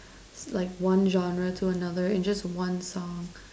like one genre to another in just one song